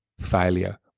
failure